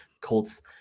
Colts